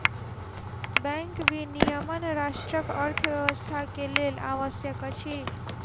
bank विनियमन राष्ट्रक अर्थव्यवस्था के लेल आवश्यक अछि